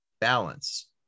balance